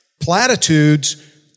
platitudes